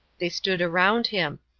they stood around him.